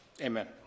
Amen